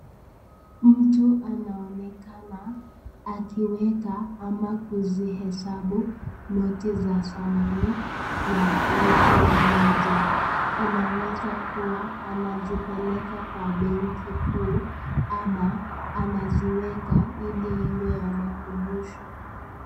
Mtu anaonekana akiweka ama kuzihesabu noti za zamani ya elfu moja. Inaweza kuwa anazipeleka kwa benki kuu ama anaziweka ili iwe ya makumbusho.